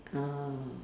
ah